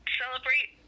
celebrate